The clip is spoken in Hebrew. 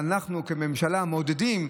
ואנחנו כממשלה מעודדים,